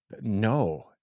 No